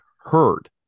heard